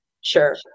sure